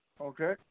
Okay